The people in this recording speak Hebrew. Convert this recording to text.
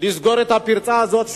לסגור את הפרצה הזאת,